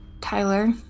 Tyler